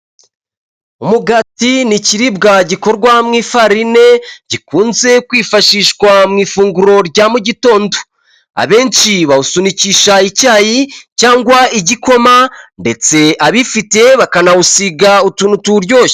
Umugati ni ikiribwa gikorwa mu ifarine gikunze kwifashishwa mu ifunguro rya mu gitondo, abenshi bawusunikisha icyayi cyangwa igikoma ndetse abifite bakanawusiga utuntu tuwuryoshya .